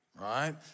right